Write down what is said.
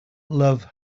love